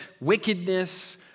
wickedness